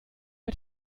mit